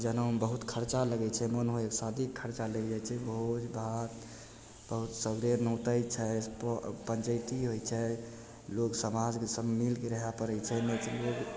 जनउमे बहुत खरचा लागै छै मानहो एक शादीके खरचा लागि जाइ छै भोजभात बहुत सगरे नोतै छै पञ्चैती होइ छै लोक समाजके सङ्ग मिलिके रहै पड़ै छै नहि तऽ लोक